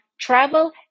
travel